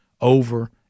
over